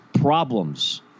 problems